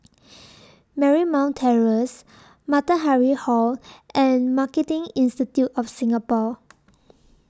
Marymount Terrace Matahari Hall and Marketing Institute of Singapore